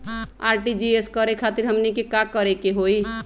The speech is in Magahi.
आर.टी.जी.एस करे खातीर हमनी के का करे के हो ई?